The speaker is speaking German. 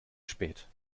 spät